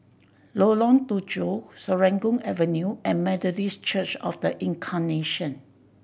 Lengkong Tujuh Serangoon Avenue and Methodist Church Of The Incarnation